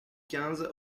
quinze